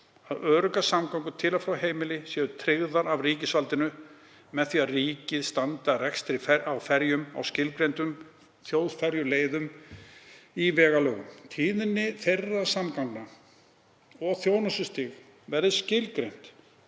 að öruggar samgöngur til og frá heimili séu tryggðar af ríkisvaldinu með því að ríkið standi að rekstri á ferjum á skilgreindum þjóðferjuleiðum í vegalögum. Tíðni þeirra samgangna og þjónustustig verði skilgreint